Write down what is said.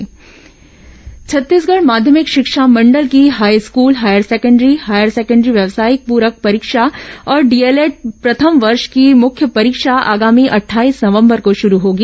Chhattisgarh board पुरक परीक्षाएं छत्तीसगढ़ माध्यमिक शिक्षा मंडल की high school higher secondary higher secondary व्यवसायिक पूरक परीक्षा और डीएलएड प्रथम वर्ष की मुख्य परीक्षा आगामी अट्ठाईस नवंबर को शुरू होगी